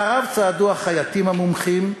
אחריו צעדו החייטים המומחים,